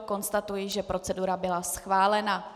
Konstatuji, že procedura byla schválena.